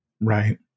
Right